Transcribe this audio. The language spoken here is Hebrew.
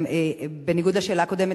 בניגוד לשאלה הקודמת,